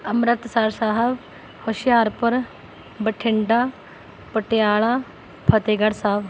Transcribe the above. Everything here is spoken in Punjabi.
ਅੰਮ੍ਰਿਤਸਰ ਸਾਹਿਬ ਹੁਸ਼ਿਆਰਪੁਰ ਬਠਿੰਡਾ ਪਟਿਆਲਾ ਫਤਿਹਗੜ੍ਹ ਸਾਹਿਬ